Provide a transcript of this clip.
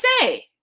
say